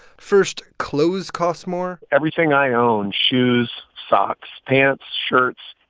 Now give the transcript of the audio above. first, clothes cost more everything i own shoes, socks, pants, shirts,